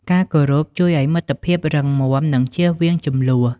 ការគោរពជួយឲ្យមិត្តភាពរឹងមាំ និងជៀសវាងជម្លោះ។